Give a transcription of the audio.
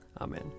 Amen